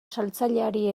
saltzaileari